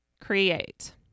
create